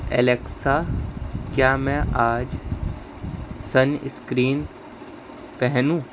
Alexa کیا میں آج سن اسکرین پہنوں